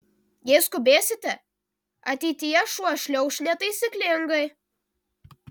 jei skubėsite ateityje šuo šliauš netaisyklingai